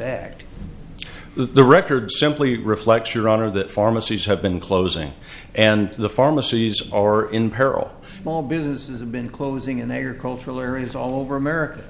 that the record simply reflects your honor that pharmacies have been closing and the pharmacies are in peril small businesses have been closing in cultural areas all over america